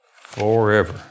forever